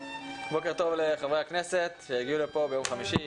בוקר טוב לחברי הכנסת שהגיעו לפה ביום חמישי,